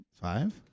Five